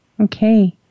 Okay